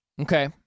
Okay